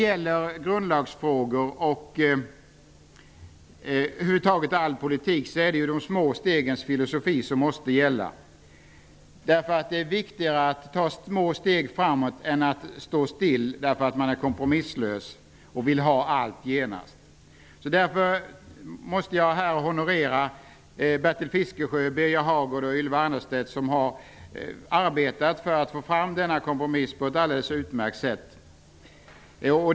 I grundlagsfrågor, och över huvud taget i all politik, är det de små stegens filosofi som måste gälla. Det är viktigare att ta små steg framåt än att stå still därför att man är kompromisslös och vill ha allt genast. Därför måste jag här honorera Bertil Fiskesjö, Birger Hagård och Ylva Annerstedt, som på ett alldeles utmärkt sätt har arbetat för en kompromiss.